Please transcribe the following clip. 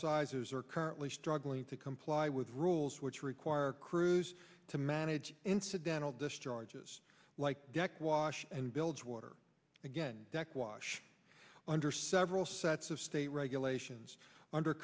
sizes are currently struggling to comply with rules which require crews to manage incidental discharges like deck wash and builds water again deck wash under several sets of state regulations under